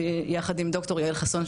יחד עם ד"ר יעל חסון,